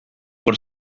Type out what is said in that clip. por